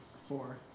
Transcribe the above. Four